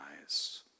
eyes